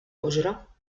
أجرة